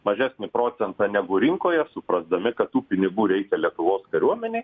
mažesnį procentą negu rinkoje suprasdami kad tų pinigų reikia lietuvos kariuomenei